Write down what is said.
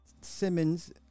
Simmons